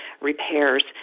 repairs